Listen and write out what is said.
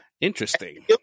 Interesting